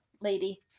lady